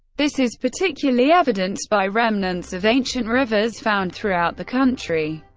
this is particularly evidenced by remnants of ancient rivers found throughout the country.